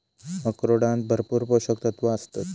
अक्रोडांत भरपूर पोशक तत्वा आसतत